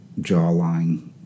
jawline